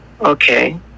okay